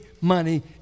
money